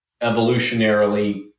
evolutionarily